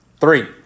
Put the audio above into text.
Three